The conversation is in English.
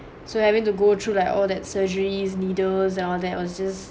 so having to go through like all that surgeries needles and all that was just